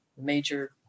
major